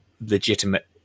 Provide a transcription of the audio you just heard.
legitimate